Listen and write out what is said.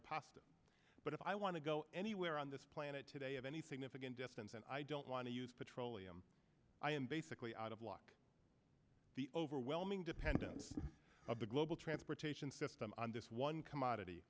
or pasta but if i want to go anywhere on this planet today of anything if i can distance and i don't want to use petroleum i am basically out of luck the overwhelming dependence of the global transportation system on this one commodity